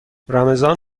رمضان